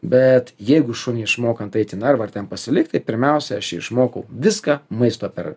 bet jeigu šunį išmokant eit į narvą ir ten pasilikt tai pirmiausia ašjį išmokau viską maisto per